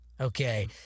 Okay